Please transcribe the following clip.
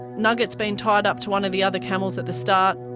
nugget's been tied up to one of the other camels at the start,